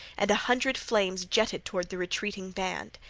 and a hundred flames jetted toward the retreating band.